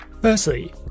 Firstly